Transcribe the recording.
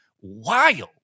wild